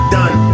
done